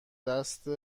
دست